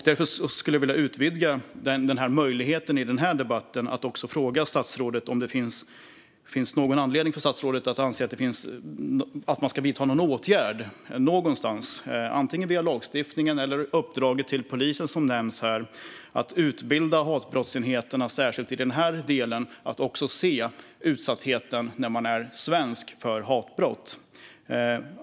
Därför skulle jag vilja utnyttja möjligheten att i den här debatten fråga statsrådet om statsrådet anser att man ska vidta någon åtgärd någonstans, antingen via lagstiftningen eller genom det uppdrag till polisen som nämnts här, att utbilda hatbrottsenheterna särskilt när det gäller svenskars utsatthet för hatbrott.